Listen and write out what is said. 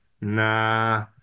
nah